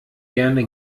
gerne